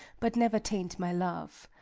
but never taint my love.